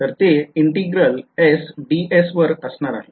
तर ते integral S ds वर असणार आहे